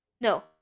No